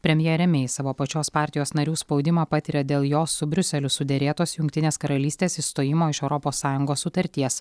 premjere mei savo pačios partijos narių spaudimą patiria dėl jos su briuseliu suderėtos jungtinės karalystės išstojimo iš europos sąjungos sutarties